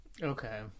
Okay